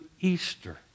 Easter